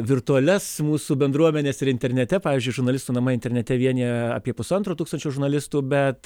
virtualias mūsų bendruomenes ir internete pavyzdžiui žurnalistų namai internete vienija apie pusantro tūkstančio žurnalistų bet